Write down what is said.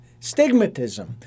stigmatism